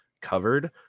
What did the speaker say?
covered